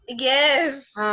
Yes